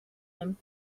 him